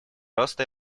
роста